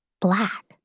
black